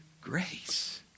grace